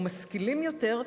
או משכילים יותר,